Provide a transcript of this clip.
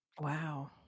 wow